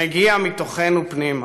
מגיע מתוכנו פנימה.